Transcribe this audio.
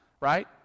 right